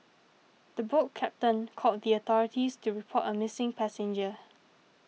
the boat captain called the authorities to report a missing passenger